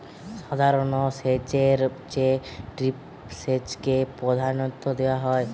সাধারণ সেচের চেয়ে ড্রিপ সেচকে প্রাধান্য দেওয়া হয়